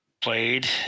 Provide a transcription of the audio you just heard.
played